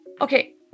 okay